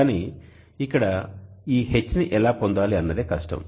కానీ ఇక్కడ ఈ H ని ఎలా పొందాలి అన్నదే కష్టం